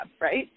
right